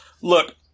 Look